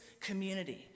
community